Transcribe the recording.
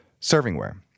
servingware